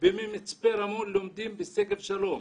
וממצפה רמון לומדים בשגב שלום.